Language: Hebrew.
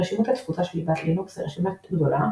רשימות התפוצה של ליבת לינוקס היא רשימה גדולה